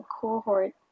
cohort